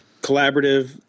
collaborative